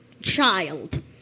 child